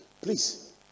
Please